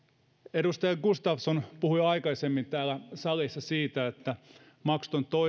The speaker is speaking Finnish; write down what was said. edustaja gustafsson puhui aikaisemmin täällä salissa siitä että maksuton